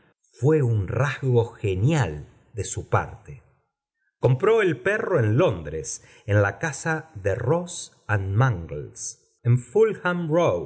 fué un rasgo genial de su parte compró el perro en londres en casa de boss mangles en